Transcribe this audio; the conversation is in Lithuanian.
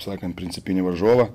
sakant principinį varžovą